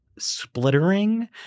splittering